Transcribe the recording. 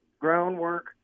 groundwork